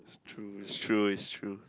it's true it's true it's true